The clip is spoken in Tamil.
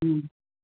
ம்